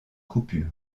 coupure